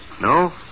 No